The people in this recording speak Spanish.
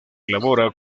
elabora